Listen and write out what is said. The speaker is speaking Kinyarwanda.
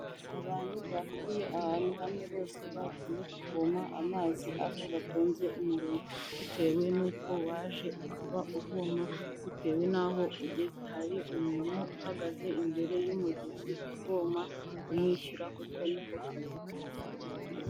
Abantu bahuriye ahantu hamwe bose bagiye kuvoma amazi aho batonze umuriro bitewe n'uko waje ukaba uvoma bitewe n'aho ugeze, hari umuntu uhagaze imbere y'umugezi uvoma umwishyura kuko ni ku kazi ke.